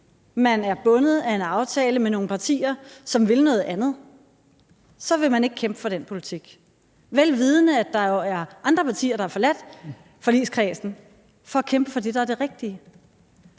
man er bundet af en aftale med nogle partier, som vil noget andet, så vil man ikke kæmpe for den politik, vel vidende at der jo er andre partier, der har forladt forligskredsen for at kæmpe for det, der er det rigtige.